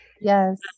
Yes